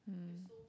mm